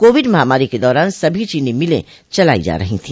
Covid महामारी के दौरान सभी चीनी मिले चलाई जा रही थी